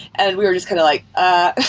and we were just kind of like, ah.